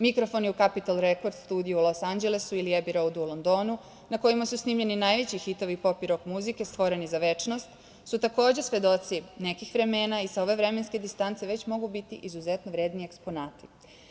Mikrofoni u Kapital rekord studiju u Los Anđelesu ili Ebi Roud u Londonu na kojima su snimljeni najveći hitovi pop i rok muzike stvoreni za večnost su takođe svedoci nekih vremena i sa ove vremenske distance već mogu biti izuzetno vredni eksponati.